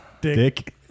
Dick